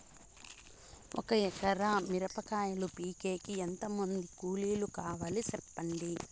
ఒక ఎకరా మిరప కాయలు పీకేకి ఎంత మంది కూలీలు కావాలి? సెప్పండి?